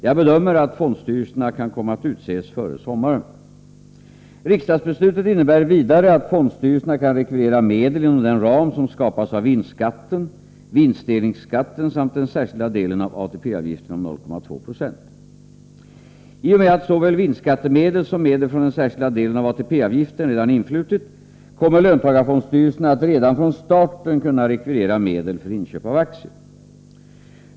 Jag bedömer att fondstyrelserna kan komma att utses före sommaren. Riksdagsbeslutet innebär vidare att fondstyrelserna kan rekvirera medel inom den ram som skapas av vinstskatten, vinstdelningsskatten samt den särskilda delen av ATP-avgiften om 0,2 procent. I och med att såväl vinstskattemedel som medel från den särskilda delen av ATP-avgiften redan influtit kommer löntagarfondsstyrelserna att redan från starten kunna rekvirera medel för inköp av aktier.